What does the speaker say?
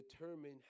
determine